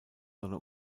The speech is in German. sonne